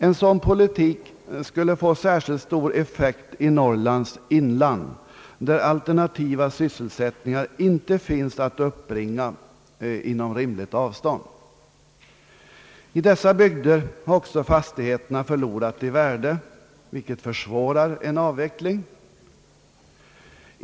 En sådan politik skulle få särskilt stor effekt i Norrlands inland, där alternativa sysselsättningar inte finns att uppbringa inom rimligt avstånd. I dessa bygder har också fastigheterna förlorat i värde, vilket försvårar en avveckling.